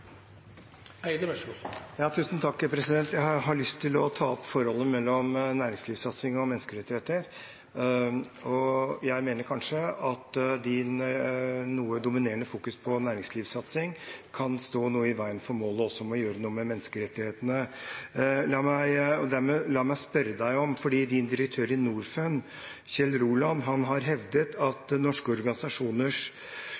Jeg har lyst til å ta opp forholdet mellom næringslivssatsing og menneskerettigheter. Jeg mener kanskje at ditt noe dominerende fokus på næringslivssatsing kan stå i veien for målet om også å gjøre noe med menneskerettighetene. Statsrådens direktør i Norfund, Kjell Roland, har hevdet at norske organisasjoners fokus på menneskerettigheter er til skade for norske bedrifters omdømme ute. Med andre ord mener Roland, slik jeg har